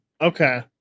Okay